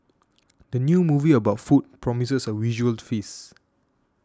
the new movie about food promises a visual feast